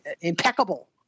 impeccable